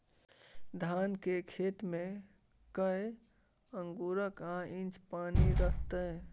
धान के खेत में कैए आंगुर आ इंच पानी रहै के चाही?